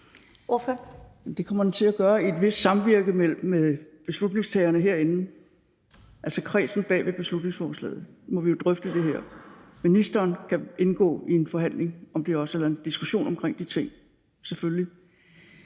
Det kommer til at ske i et vist samvirke med beslutningstagerne herinde. Altså, i kredsen bag beslutningsforslaget må vi jo drøfte det her, og ministeren kan selvfølgelig også indgå i en forhandling eller en diskussion om de ting. Men det